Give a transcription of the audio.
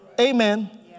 Amen